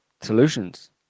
solutions